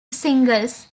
singles